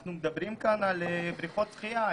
אנחנו מדברים כאן על בריכות שחייה.